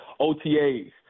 OTAs